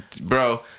Bro